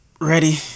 Ready